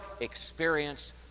experience